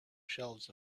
shelves